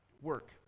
work